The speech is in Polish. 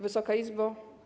Wysoka Izbo!